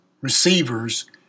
receivers